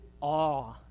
awe